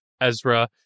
Ezra